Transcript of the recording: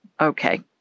Okay